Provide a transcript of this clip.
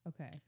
Okay